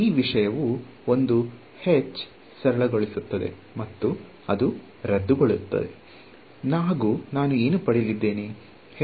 ಈ ವಿಷಯವು ಒಂದು h ಸರಳಗೊಳಿಸುತ್ತದೆ ಮತ್ತು ಅದು ರದ್ದುಗೊಳ್ಳುತ್ತದೆ ಹಾಗು ನಾನು ಏನು ಪಡೆಯಲಿದ್ದೇನೆ